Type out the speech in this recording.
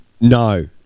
No